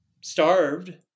starved